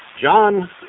John